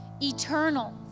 eternal